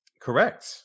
Correct